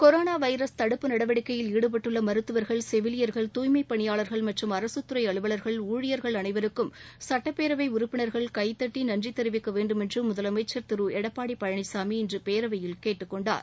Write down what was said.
corona virus தடுப்பு நடவடிக்கையில் ஈடுபட்டுள்ள மருத்துவர்கள் செவிலியர்கள் தூய்மைப் பணியாள்கள் மற்றும் அரசுத்துறை அலுவல்கள் ஊழியர்கள் அனைவருக்கும் சட்டப்பேரவை உறுப்பினர்கள் கைத்தட்டி நன்றி தெரிவிக்க வேண்டுமென்று முதலமைச்சர் திரு எடப்பாடி பழனிசாமி இன்று பேரவையில் கேட்டுக் கொண்டார்